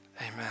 amen